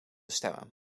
stemmen